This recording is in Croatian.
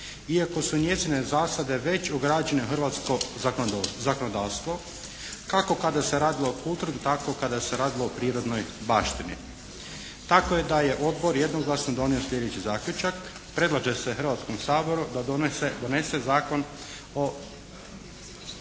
iako su njezine zasade već ugrađene u hrvatsko zakonodavstvo kako kada se radilo o kulturnoj tako kada se radilo o prirodnoj baštini. Tako je da je Odbor jednoglasno donio sljedeći zaključak. Predlaže se Hrvatskom saboru da donese Zakon o